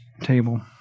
table